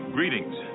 Greetings